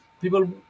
People